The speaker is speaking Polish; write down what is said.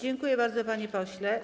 Dziękuję bardzo, panie pośle.